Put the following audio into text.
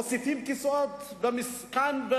מוסיפים כיסאות במשכן,